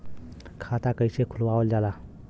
खाता कइसे खुलावल जाला?